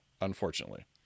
unfortunately